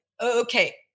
okay